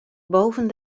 boven